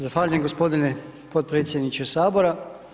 Zahvaljujem gospodine podpredsjedniče Sabora.